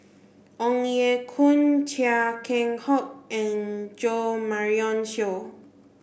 Ong Ye Kung Chia Keng Hock and Jo Marion Seow